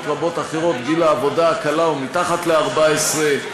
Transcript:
רבות גיל העבודה הקלה הוא מתחת ל-14.